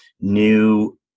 new